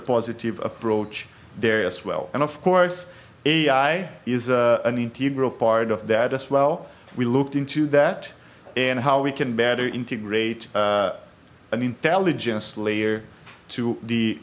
positive approach there as well and of course ai is an integral part of that as well we looked into that and how we can better integrate an intelligence layer to the